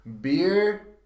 beer